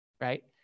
right